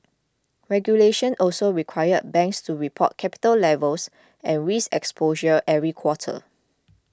regulations also require banks to report capital levels and risk exposure every quarter